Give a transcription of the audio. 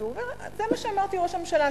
ואומר: זה מה שאמרתי לראש הממשלה,